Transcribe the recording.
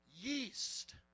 yeast